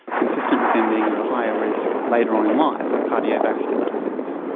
consistent with them being and at a higher risk later on in life of cardiovascular disease.